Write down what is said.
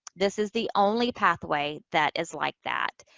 this is the only pathway that is like that.